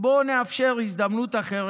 בואו נאפשר הזדמנות אחרת,